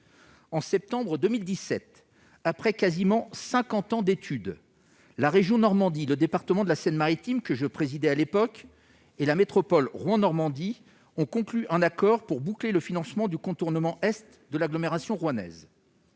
En septembre 2017, après quasiment cinquante ans d'études, la région Normandie, le département de la Seine-Maritime, que je présidais à l'époque, et la métropole Rouen Normandie ont conclu un accord pour boucler le financement du contournement est de l'agglomération rouennaise.